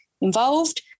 involved